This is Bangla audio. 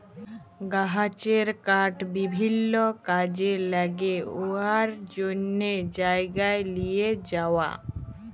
গাহাচের কাঠ বিভিল্ল্য কাজে ল্যাগে উয়ার জ্যনহে জায়গায় লিঁয়ে যাউয়া